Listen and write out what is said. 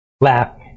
Laugh